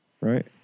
right